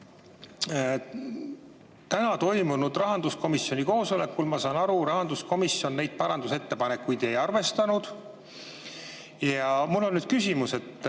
Täna toimunud rahanduskomisjoni koosolekul, ma saan aru, rahanduskomisjon neid parandusettepanekuid ei arvestanud. Mul on nüüd küsimus, et